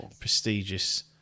prestigious